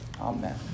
Amen